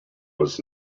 was